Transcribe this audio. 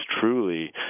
truly